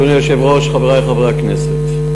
אדוני היושב-ראש, חברי חברי הכנסת,